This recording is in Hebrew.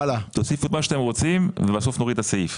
תוסיפו מה שאתם רוצים ובסוף נוריד את הסעיף.